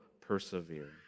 persevere